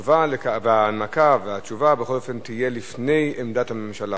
ההנמקה והתשובה תהיה לפני עמדת הממשלה.